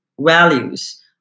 values